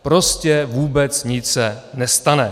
Prostě vůbec nic se nestane.